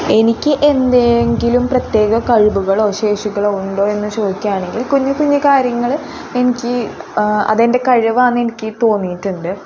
എനിക്ക് എന്തെങ്കിലും പ്രത്യേക കഴിവുകളോ ശേഷികളോ ഉണ്ടോ എന്ന് ചോദിക്കുകയാണെങ്കിൽ കുഞ്ഞി കുഞ്ഞി കാര്യങ്ങൾ എനിക്ക് അതെൻ്റെ കഴിവാണെന്ന് എനിക്ക് തോന്നിയിട്ടുണ്ട്